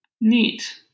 Neat